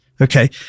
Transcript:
Okay